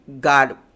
God